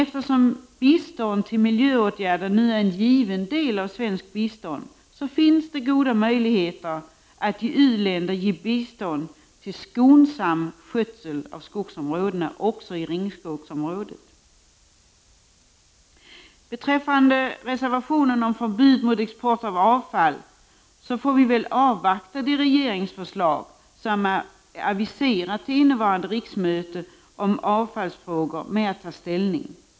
Eftersom bistånd till miljöåtgärder nu är en given del av svenskt bistånd finns det goda möjligheter att i u-länder ge bistånd till skonsam skötsel av skogsområdena. Beträffande reservationen om förbud mot export av avfall får vi väl avvakta det regeringsförslag som är aviserat till innevarande riksmöte om avfallsfrågor innan vi tar ställning.